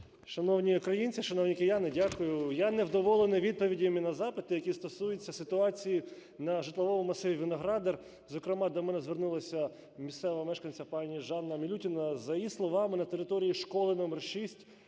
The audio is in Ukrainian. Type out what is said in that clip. Шановні українці, шановні кияни! Дякую. Я не вдоволений відповідями на запит, які стосуються ситуації на житловому масиві Виноградар, зокрема до мене звернулася місцева мешканка пані Жанна Мілютіна. За її словами, на території школи № 6,